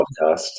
podcast